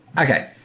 Okay